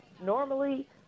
Normally